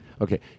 Okay